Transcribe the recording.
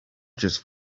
just